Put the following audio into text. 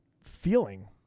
feeling